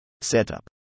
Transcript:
Setup